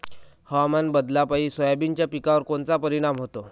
हवामान बदलापायी सोयाबीनच्या पिकावर कोनचा परिणाम होते?